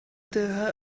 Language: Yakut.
тыаһа